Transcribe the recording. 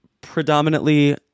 predominantly